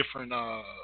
different